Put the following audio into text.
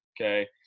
Okay